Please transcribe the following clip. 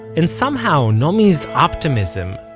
and somehow, naomi's optimism,